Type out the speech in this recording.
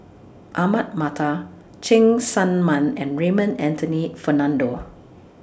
Ahmad Mattar Cheng Tsang Man and Raymond Anthony Fernando